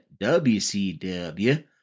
WCW